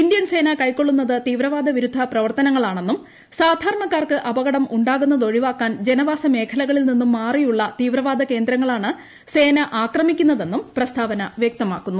Indian സേന കൈക്കൊള്ളുന്നത് തീവ്രവാദ വിരുദ്ധ പ്രവർത്തനങ്ങളാണെന്നും സാധാരണക്കാർക്ക് അപകടം ഉണ്ടാകുന്നത് ഒഴിവാക്കാൻ ജനവാസ മേഖലകളിൽ നിന്നും മാറിയുള്ള തീവ്രവാദ കേന്ദ്രങ്ങളാണ് സേന ആക്രമിക്കുന്നതെന്നും പ്രസ്താവന വ്യക്തമാക്കുന്നു